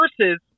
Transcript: versus